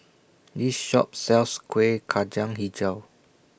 This Shop sells Kueh Kacang Hijau